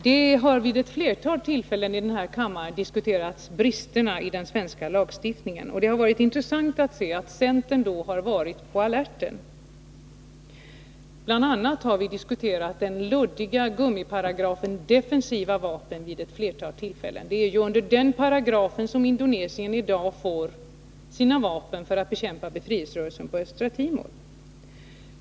Bristerna i den svenska lagstiftningen har vid ett flertal tillfällen diskuterats i den här kammaren, och det har varit intressant att notera att centern då har varit på alerten. Bl. a. har vi vid ett flertal tillfällen diskuterat den luddiga gummiparagrafen om ”defensiva vapen”. Det är med hjälp av den paragrafen som Indonesien i dag får sina vapen för att bekämpa befrielserörelsen på Östra Timor.